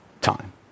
time